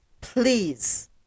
Please